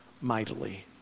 mightily